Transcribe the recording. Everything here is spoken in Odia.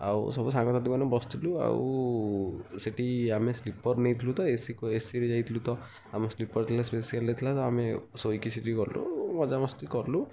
ଆଉ ସବୁ ସାଙ୍ଗସାଥି ମାନେ ବସିଥିଲୁ ଆଉ ସେଠି ଆମେ ସ୍ଲିପର୍ ନେଇଥିଲୁ ତ ଏସିରୁ ଏସିକୁ ଯାଇଥିଲୁ ତ ଆମର ସ୍ଲିପର୍ ଥିଲା ସ୍ପେସିଆଲ୍ ଥିଲା ତ ଶୋଇକି ସେଠି ଗଲୁ ଆଉ ମଜାମସ୍ତି କଲୁ